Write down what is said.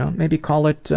um maybe call it.